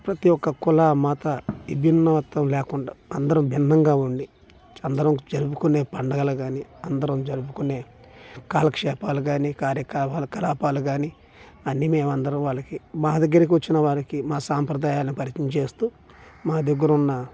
ప్రతీ ఒక్క కుల మత వీభిన్నత్వం లేకుండా అందరం బిన్నంగా ఉండి అందరం జరుపుకునే పండగలు కానీ అందరూ జరుపుకునే కాలక్షేపాలు కానీ కార్యకలాపాలు కానీ అన్నీ మేము అందరం వాళ్ళకి మా దగ్గరికి వచ్చిన వారికి మా సాంప్రదాయాలను పరిచయం చేస్తూ మా దగ్గర ఉన్న